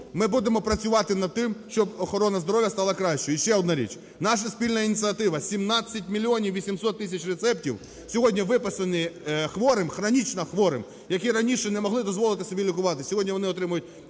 ми будемо працювати над тим, щоб охорона здоров'я стала кращою. І ще одна річ, наша спільна ініціатива – 17 мільйонів 800 тисяч рецептів сьогодні виписані хворим, хронічно хворим, які раніше не могли дозволити собі лікуватися, сьогодні вони отримують